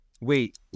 Wait